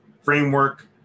framework